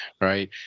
right